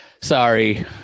Sorry